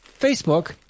Facebook